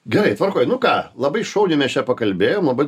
gerai tvarkoj nu ką labai šauniai mes čia pakalbėjom labai